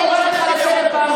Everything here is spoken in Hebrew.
ולא יעזור לא לך ולא לכנופיה שלך.